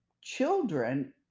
children